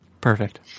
Perfect